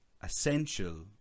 essential